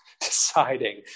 deciding